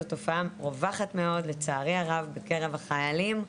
זו תופעה רווחת מאוד לצערי הרב בקרב החיילים.